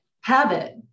habit